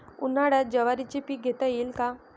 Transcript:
उन्हाळ्यात ज्वारीचे पीक घेता येईल का?